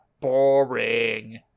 Boring